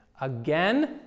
again